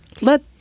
let